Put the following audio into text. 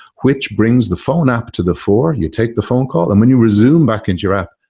which brings the phone app to the fore. you take the phone call, and when you resume back into your app,